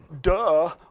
duh